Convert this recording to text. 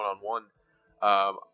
one-on-one